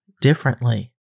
differently